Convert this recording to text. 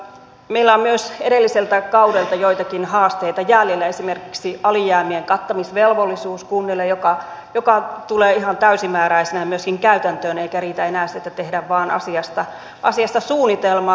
meillä on myös edelliseltä kaudelta joitakin haasteita jäljellä esimerkiksi alijäämien kattamisvelvollisuus kunnille joka tulee ihan täysimääräisenä myöskin käytäntöön eikä riitä enää se että tehdään vain asiasta suunnitelma